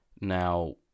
now